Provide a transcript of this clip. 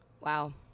Wow